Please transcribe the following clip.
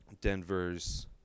Denver's